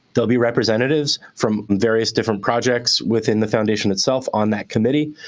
there'll be representatives from various different projects within the foundation itself on that committee.